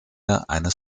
eines